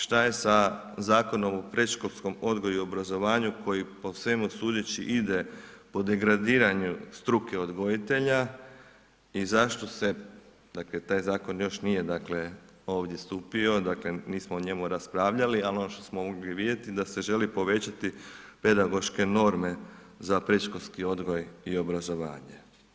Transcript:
Šta je Zakonom o predškolskom odgoju i obrazovanju koji po svemu sudeći ide po degradiranju struke odgojitelja i zašto se dakle, taj zakon još nije ovdje stupio, dakle nismo o njemu raspravljali ali ono što smo mogli vidjeti je da se želi povećati pedagoške norme za predškolski odgoj i obrazovanje.